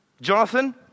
Jonathan